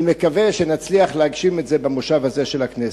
ואני מקווה שנצליח להגשים את זה במושב הזה של הכנסת.